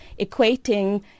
equating